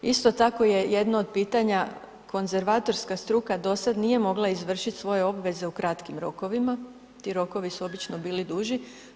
Isto tako je jedno od pitanja, konzervatorska struka do sada nije mogla izvršiti svoje obveze u kratkim rokovima, ti rokovi su obično bili duži.